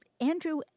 Andrew